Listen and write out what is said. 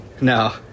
No